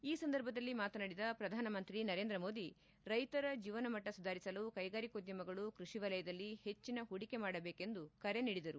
ಈ ಸಂದರ್ಭದಲ್ಲಿ ಮಾತನಾಡಿದ ಪ್ರಧಾನಮಂತ್ರಿ ನರೇಂದ್ರ ಮೋದಿ ರೈತರ ಜೀವನ ಮಟ್ಟ ಸುಧಾರಿಸಲು ಕ್ಲೆಗಾರಿಕೋದ್ಲಮಗಳು ಕೃಷಿ ವಲಯದಲ್ಲಿ ಹೆಚ್ಚಿನ ಹೂಡಿಕೆ ಮಾಡಬೇಕೆಂದು ಕರೆ ನೀಡಿದರು